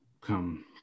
come